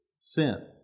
sin